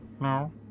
No